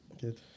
good